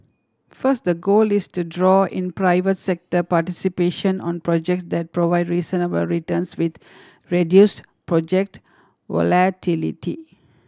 first the goal is to draw in private sector participation on projects that provide reasonable returns with reduced project volatility